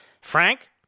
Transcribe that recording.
Frank